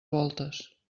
voltes